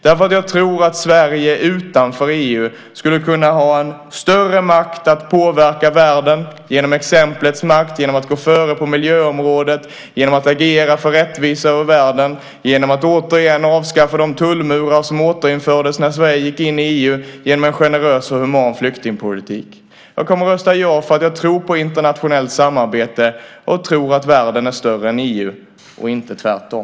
Jag tror nämligen att Sverige utanför EU skulle kunna ha större makt att påverka världen - genom exemplets makt, genom att gå före på miljöområdet, genom att agera för rättvisa över världen, genom att återigen avskaffa de tullmurar som återinfördes när Sverige gick in i EU och genom en generös och human flyktingpolitik. Jag kommer att rösta ja därför att jag tror på internationellt samarbete och tror att världen är större än EU, inte tvärtom.